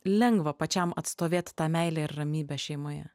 lengva pačiam atstovėti tą meilę ir ramybę šeimoje